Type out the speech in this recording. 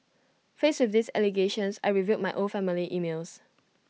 faced with these allegations I reviewed my old family emails